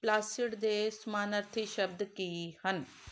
placid ਦੇ ਸਮਾਨਾਰਥੀ ਸ਼ਬਦ ਕੀ ਹਨ